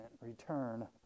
return